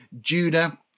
Judah